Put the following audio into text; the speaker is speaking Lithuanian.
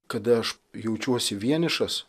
kada aš jaučiuosi vienišas